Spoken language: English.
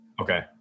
Okay